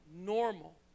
normal